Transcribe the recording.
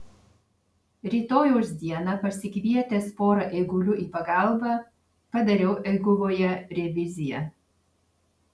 rytojaus dieną pasikvietęs pora eigulių į pagalbą padariau eiguvoje reviziją